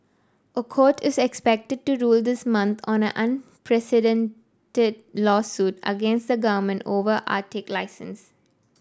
a court is expected to rule this month on an unprecedented lawsuit against the government over Arctic license